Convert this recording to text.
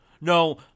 No